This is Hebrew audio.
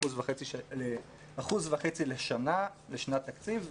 שזה 1.5% לשנת תקציב,